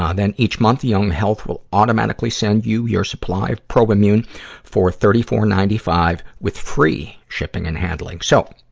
ah then each month, young health will automatically send you your supply of probimune for thirty four dollars. ninety five with free shipping and handling. so,